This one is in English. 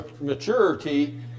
maturity